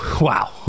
wow